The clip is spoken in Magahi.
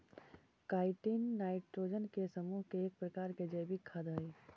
काईटिन नाइट्रोजन के समूह के एक प्रकार के जैविक खाद हई